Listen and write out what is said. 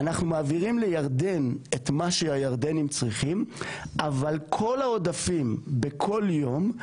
אנחנו מעבירים לירדן את מה שהירדנים צריכים אבל כל העודפים בכל יום,